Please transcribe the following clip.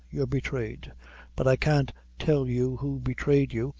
you're betrayed but i can't tell you who betrayed you,